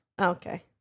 Okay